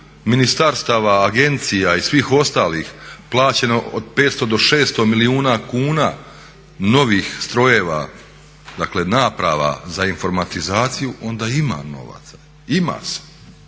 ministarstava, agencija i svih ostalih plaćeno od 500 do 600 milijuna kuna novih strojeva, dakle naprava za informatizaciju onda ima novaca. Ima se,